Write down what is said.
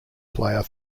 player